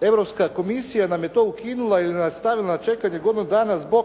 Europska komisija nam je to ukinula jer nas je stavila na čekanje godinu dana zbog